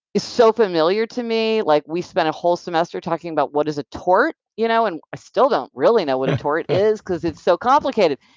is so familiar to me. like we spent a whole semester talking about what is a tort, you know and i still don't really know what a tort is because it's so complicated.